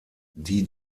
die